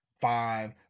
five